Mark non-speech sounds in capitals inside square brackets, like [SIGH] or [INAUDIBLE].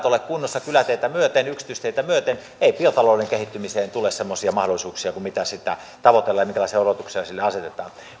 [UNINTELLIGIBLE] ole kunnossa kyläteitä myöten yksityisteitä myöten ei biotalouden kehittymiseen tule semmoisia mahdollisuuksia kuin mitä tavoitellaan ja minkälaisia odotuksia sille asetetaan